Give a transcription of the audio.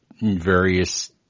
various